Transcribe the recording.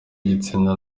igitsina